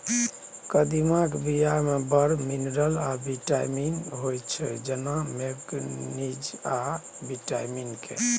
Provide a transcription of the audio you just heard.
कदीमाक बीया मे बड़ मिनरल आ बिटामिन होइ छै जेना मैगनीज आ बिटामिन के